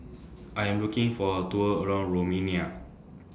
I Am looking For A Tour around Romania